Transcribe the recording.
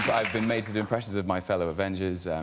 i've been made to do impressions of my fellow avengers